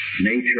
nature